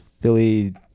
Philly